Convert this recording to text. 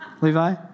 Levi